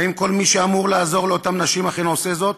האם כל מי שאמור לעזור לאותן נשים אכן עושה זאת?